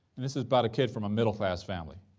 this is about a kid from a middle-class family.